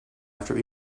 after